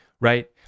right